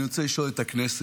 אני רוצה לשאול את הכנסת: